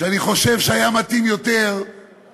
שאני חושב שהיה מתאים יותר להיות